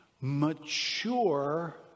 mature